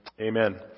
amen